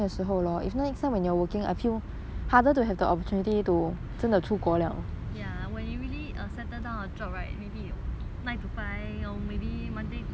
ya when you really settle down a job right maybe you know nine to five or maybe monday weekend 没有做工 this kind